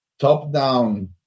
top-down